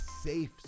safe